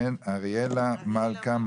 אריאלה מלכה,